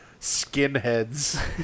skinheads